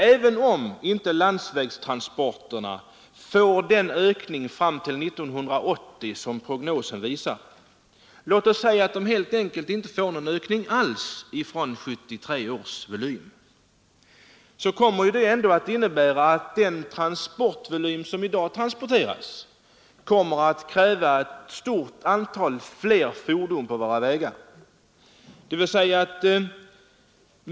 Även om inte landsvägstransporterna fram till 1980 ökar så starkt som prognoserna visar — låt oss för enkelhetens skulle anta att de inte ökar alls från 1973 års volym — så kommer det ändå att innebära att den volym som i dag transporteras kommer att kräva ett stort antal fordon ytterligare på våra vägar.